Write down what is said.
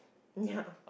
ya